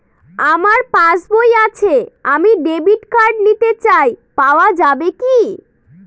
আমার পাসবই আছে আমি ডেবিট কার্ড নিতে চাই পাওয়া যাবে কি?